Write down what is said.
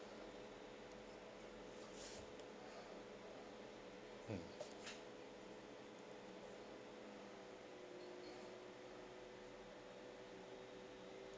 mm